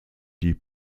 die